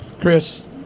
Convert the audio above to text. Chris